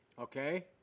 Okay